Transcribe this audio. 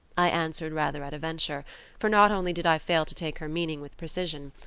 i answered rather at a venture for not only did i fail to take her meaning with precision,